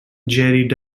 jerry